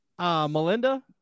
Melinda